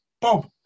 Bob